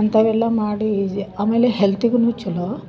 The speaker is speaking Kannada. ಅಂಥವೆಲ್ಲ ಮಾಡಿ ಈಜಿ ಆಮೇಲೆ ಹೆಲ್ತಿಗುನು ಚಲೋ